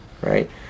right